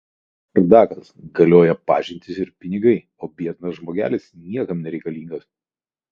pilnas bardakas galioja pažintys ir pinigai o biednas žmogelis niekam nereikalingas